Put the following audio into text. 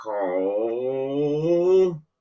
call